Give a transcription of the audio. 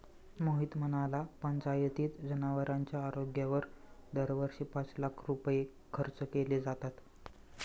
मोहित म्हणाला, पंचायतीत जनावरांच्या आरोग्यावर दरवर्षी पाच लाख रुपये खर्च केले जातात